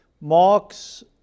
Marx